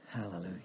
Hallelujah